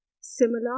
similar